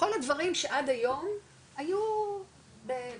כל הדברים שעד היום היו בלי,